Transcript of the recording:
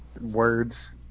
Words